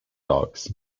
dogs